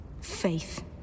Faith